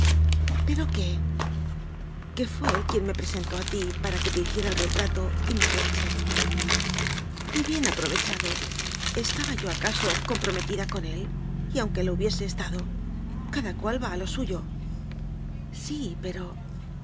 pero qué que fué él quien me presentó a ti para que te hiciera el retrato y me aproveché y bien aprovechado estaba yo acaso comprometida con él y aunque lo hubiese estado cada cual va a lo suyo sí pero